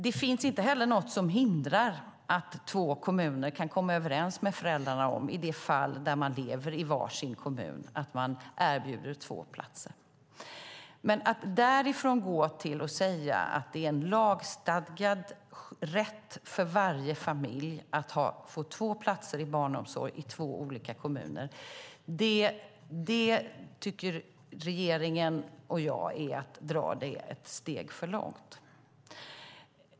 Det finns inte heller något som hindrar att två kommuner kommer överens med föräldrarna om att erbjuda två platser i det fall där man lever i varsin kommun. Men att därifrån gå till att säga att det ska vara en lagstadgad rätt för varje familj att få två platser i barnomsorg i två olika kommuner tycker regeringen och jag är att dra det ett steg för långt.